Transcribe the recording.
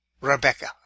Rebecca